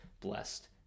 blessed